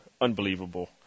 unbelievable